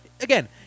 again